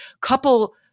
couple